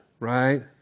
right